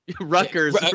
Rutgers